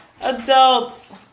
Adults